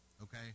Okay